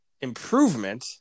improvement